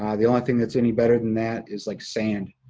um the only thing that's any better than that is, like, sand.